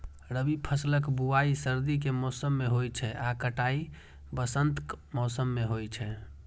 रबी फसलक बुआइ सर्दी के मौसम मे होइ छै आ कटाइ वसंतक मौसम मे होइ छै